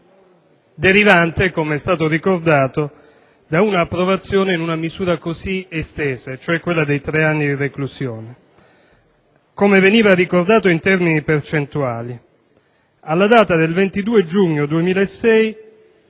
derivante - come è stato ricordato - da un'approvazione in una misura così estesa, cioè quella dei tre anni di reclusione. Come è stato ricordato in termini percentuali, alla data del 22 giugno 2006